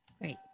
Great